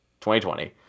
2020